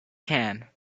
can